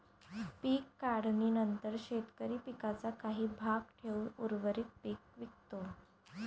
पीक काढणीनंतर शेतकरी पिकाचा काही भाग ठेवून उर्वरित पीक विकतो